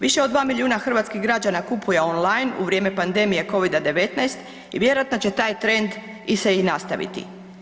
Više od 2 milijuna hrvatskih građana kupuje online u vrijeme pandemije COVID-a 19 i vjerojatno će taj trend i se i nastaviti.